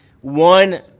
one